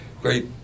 great